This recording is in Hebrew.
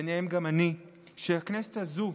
ובהם גם אותי, שהכנסת הזו,